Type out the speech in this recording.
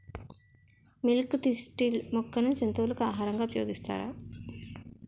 Milk thistle మొక్కను జంతువులకు ఆహారంగా ఉపయోగిస్తారా?